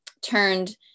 turned